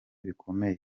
bikomeye